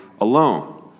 alone